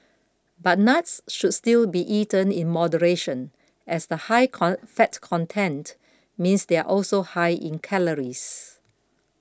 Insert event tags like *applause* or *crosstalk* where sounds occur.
but nuts should still be eaten in moderation as the high *unintelligible* fat content means they are also high in calories